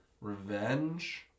revenge